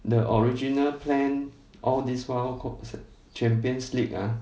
the original plan all this while co~ champions league ah